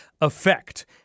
Effect